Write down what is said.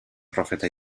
profeta